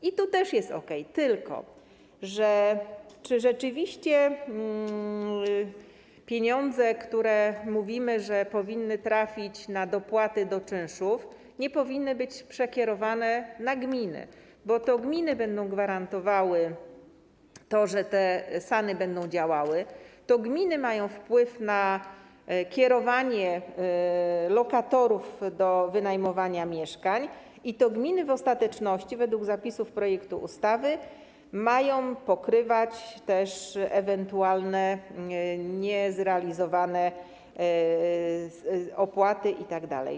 I tu też jest okej, tylko czy rzeczywiście pieniądze, o których mówimy, że powinny trafić na dopłaty do czynszów, nie powinny być przekierowane na gminy, bo to gminy będą gwarantowały, że SAN-y będą działały, to gminy mają wpływ na kierowanie lokatorów do wynajmowania mieszkań i to gminy w ostateczności, według zapisów projektu ustawy, mają pokrywać ewentualne niezrealizowane opłaty itd.